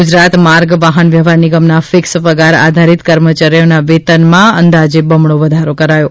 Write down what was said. ગુજરાત માર્ગ વાહન વ્યવહાર નિગમના ફિક્સ પગાર આધારિત કર્મચારીઓના વેતનમાં અંદાજે બમણો વધારો કરાયો